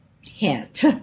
hint